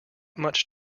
much